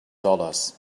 dollars